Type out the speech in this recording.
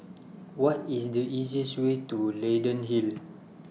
What IS The easiest Way to Leyden Hill